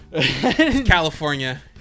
California